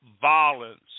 violence